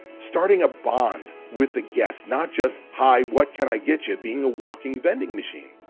starting a bond with the guests, not just hi, what can i get you, being a walking vending machine.